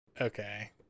Okay